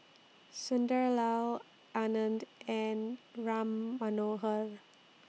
Sunderlal Anand and Ram Manohar